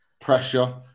pressure